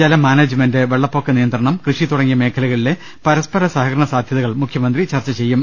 ജലമാനേജ്മെന്റ് വെള്ളപ്പൊക്ക നിയന്ത്രണം കൃഷി തുടങ്ങിയ മേഖലകളിലെ പരസ്പര സഹകരണ സാധൃതകൾ മുഖ്യമന്ത്രി ചർച്ച ചെയ്യും